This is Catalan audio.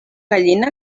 gallina